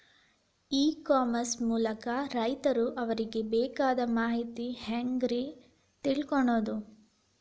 E commerce ಮೂಲಕ ರೈತರು ಅವರಿಗೆ ಬೇಕಾದ ಮಾಹಿತಿ ಹ್ಯಾಂಗ ರೇ ತಿಳ್ಕೊಳೋದು?